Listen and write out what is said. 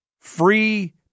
free